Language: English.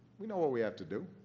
we know what we have to do.